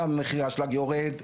גם מחיר האשלג יורד,